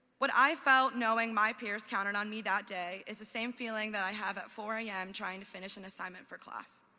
what i felt knowing my peers counted on me that day is the same feeling that i have at four zero a m. trying to finish an assignment for class.